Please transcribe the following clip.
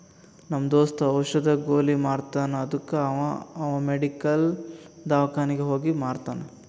ನಮ್ ದೋಸ್ತ ಔಷದ್, ಗೊಲಿ ಮಾರ್ತಾನ್ ಅದ್ದುಕ ಅವಾ ಅವ್ ಮೆಡಿಕಲ್, ದವ್ಕಾನಿಗ್ ಹೋಗಿ ಮಾರ್ತಾನ್